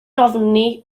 ofni